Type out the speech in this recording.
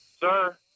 sir